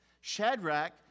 Shadrach